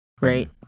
right